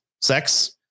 sex